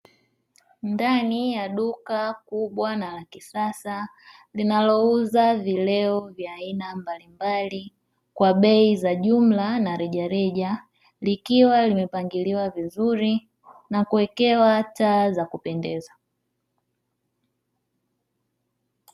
Ndani ya duka kubwa na la kisasa linalouza vileo vya aina mbalimbali, kwa bei za jumla na rejareja likiwa limepangiliwa vizuri na kuwekewa taa za kupendeza.